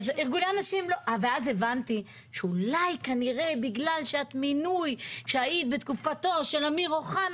ואז הבנתי שאולי בגלל שאת מינוי שהיית בתקופתו של אמיר אוחנה,